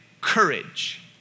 courage